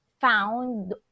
found